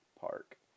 Park